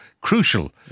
crucial